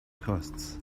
costs